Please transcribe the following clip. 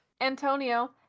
Antonio